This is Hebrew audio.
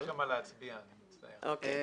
מצביעים שם.